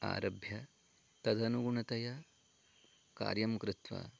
आरभ्य तदनुगुणतया कार्यं कृत्वा